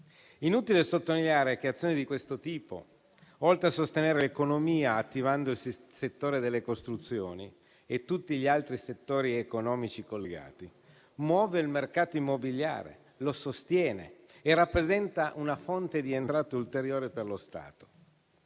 inutile sottolineare che azioni di questo tipo, oltre a sostenere l'economia attivando il settore delle costruzioni e tutti gli altri settori economici collegati, muove il mercato immobiliare, lo sostiene e rappresenta una fonte di entrata ulteriore per lo Stato.